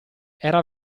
era